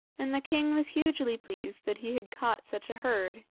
and the king was hugely pleased that he had caught such a herd.